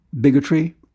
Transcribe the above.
bigotry